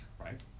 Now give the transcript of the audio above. right